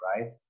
right